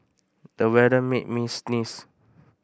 the weather made me sneeze